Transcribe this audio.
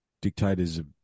dictatorship